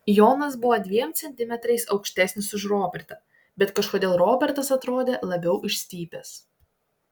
jonas buvo dviem centimetrais aukštesnis už robertą bet kažkodėl robertas atrodė labiau išstypęs